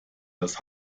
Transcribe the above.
das